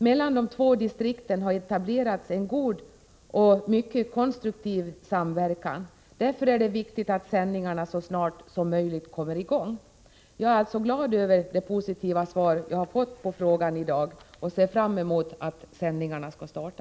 Mellan de två distrikten har etablerats en god och mycket konstruktiv samverkan. Därför är det viktigt att sändningarna så snart som möjligt kommer i gång. Jag är alltså glad över det positiva svar jag har fått på frågan i dag och ser fram emot att sändningarna skall starta.